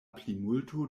plimulto